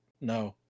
no